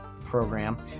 program